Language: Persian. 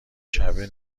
شبه